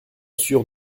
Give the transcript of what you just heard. sûr